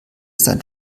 sein